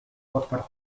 odparł